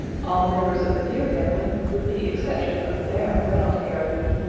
all members of the deer family, with the exception of the barren ground caribou,